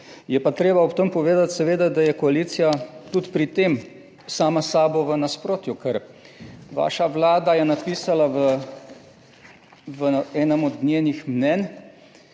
Je pa treba ob tem povedati seveda, da je koalicija tudi pri tem sama s sabo v nasprotju, ker vaša vlada je napisala v enem od njenih mnenj,